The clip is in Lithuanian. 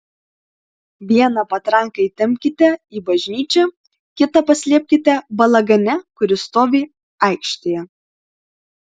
vieną patranką įtempkite į bažnyčią kitą paslėpkite balagane kuris stovi aikštėje